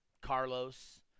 Carlos